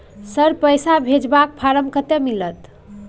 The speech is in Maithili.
सर, पैसा भेजबाक फारम कत्ते मिलत?